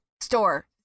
store